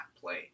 play